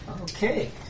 Okay